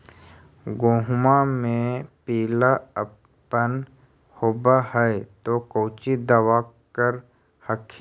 गोहुमा मे पिला अपन होबै ह तो कौची दबा कर हखिन?